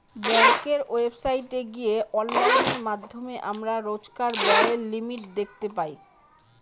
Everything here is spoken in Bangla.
ব্যাঙ্কের ওয়েবসাইটে গিয়ে অনলাইনের মাধ্যমে আমরা রোজকার ব্যায়ের লিমিট দেখতে পাই